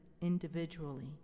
individually